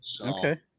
Okay